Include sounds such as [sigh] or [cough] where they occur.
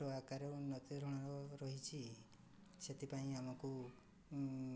ଛୋଟ ଆକାର [unintelligible] ରହିଛି ସେଥିପାଇଁ ଆମକୁ